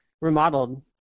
remodeled